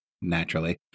naturally